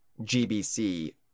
GBC